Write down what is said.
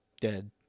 dead